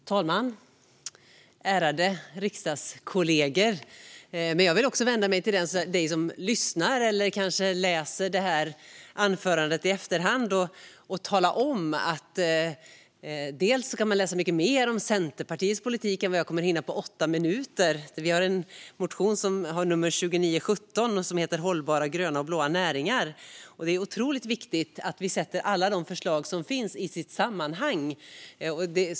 Herr talman och ärade riksdagskollegor! Jag vill också vända mig till den som lyssnar eller kanske läser detta anförande i efterhand och tala om att man kan läsa mycket mer om Centerpartiets politik än vad jag kommer att hinna berätta på åtta minuter. Vi har en motion som har nummer 2917 och heter Hållbara gröna och blåa näringar . Det är otroligt viktigt att vi sätter alla de förslag som finns i sitt sammanhang.